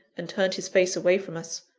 and turned his face away from us.